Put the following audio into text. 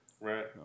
Right